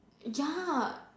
ya